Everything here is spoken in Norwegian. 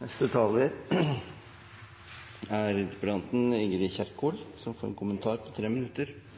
Takk til statsråden for et fyldig svar. Det er ingen tvil om at persontilpasset medisin er høyt på